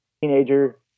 Teenager